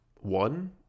one